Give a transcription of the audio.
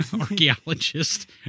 archaeologist